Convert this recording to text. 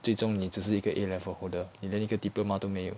最终你只是一个 A level holder 你连一个 diploma 都没有